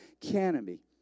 canopy